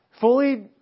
fully